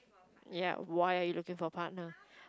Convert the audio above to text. ya why are you looking for a partner